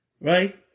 right